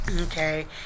Okay